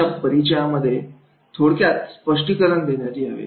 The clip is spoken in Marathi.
अशा परिचयामध्ये थोडक्यात स्पष्टीकरण देण्यात यावे